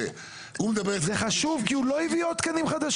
מה זה שלושה אנשים?